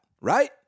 right